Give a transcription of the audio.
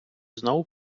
знову